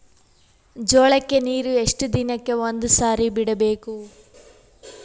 ಜೋಳ ಕ್ಕನೀರು ಎಷ್ಟ್ ದಿನಕ್ಕ ಒಂದ್ಸರಿ ಬಿಡಬೇಕು?